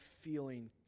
feeling